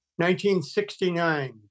1969